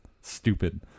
stupid